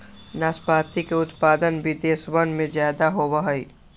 नाशपाती के उत्पादन विदेशवन में ज्यादा होवा हई